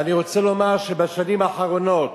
ואני רוצה לומר שבשנים האחרונות